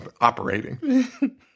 operating